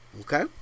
Okay